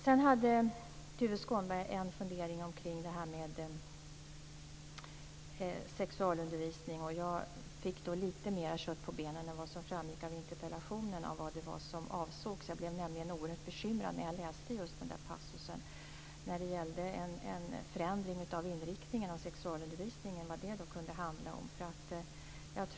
Sedan hade Tuve Skånberg en fundering om sexualundervisning. Jag fick nu lite mer kött på benen än vad som framgick av interpellationen om vad som avsågs. Jag blev nämligen oerhört bekymrad när jag läste just passusen om en förändring av inriktningen av sexualundervisning och undrade vad det kunde handla om.